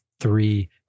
three